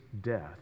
death